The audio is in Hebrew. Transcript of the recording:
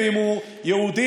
ואם הוא יהודי,